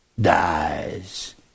dies